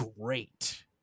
great